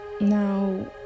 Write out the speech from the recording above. Now